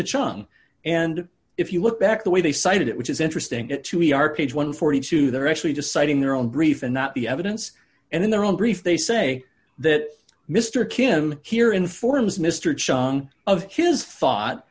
chong and if you look back the way they cited it which is interesting to me are page one hundred and forty two they're actually just citing their own brief and not the evidence and in their own brief they say that mr kim here informs mr chong of his thought